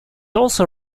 also